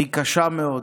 היא קשה מאוד.